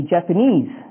Japanese